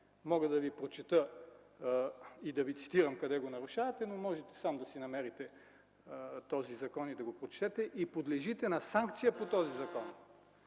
Мога да Ви прочета и да Ви цитирам къде го нарушавате, но можете сам да си намерите този закон и да го прочетете. Подлежите на санкция по този закон.